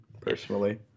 personally